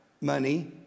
money